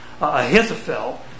Ahithophel